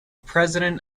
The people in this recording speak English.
president